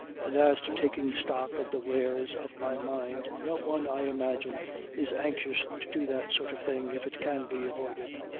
and as to taking stock of the wares of my mind no one i imagine is anxious to do that sort of thing if it can be avoided.